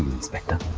inspector?